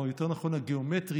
או יותר נכון הגיאומטריה,